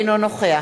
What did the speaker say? אינו נוכח